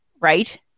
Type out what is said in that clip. right